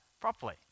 properly